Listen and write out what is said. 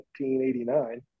1989